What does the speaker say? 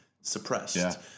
suppressed